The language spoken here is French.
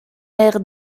air